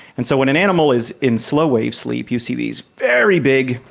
and so when an animal is in slow wave sleep you see these very big,